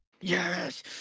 Yes